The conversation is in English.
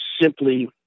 simply